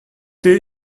day